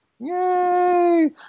Yay